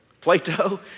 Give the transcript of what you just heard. Plato